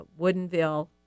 Woodenville